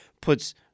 puts